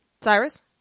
Cyrus